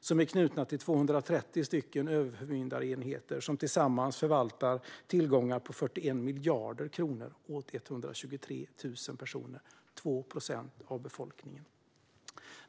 Dessa är knutna till 230 överförmyndarenheter, som tillsammans förvaltar tillgångar på 41 miljarder kronor åt 123 000 personer, vilket motsvarar 2 procent av befolkningen.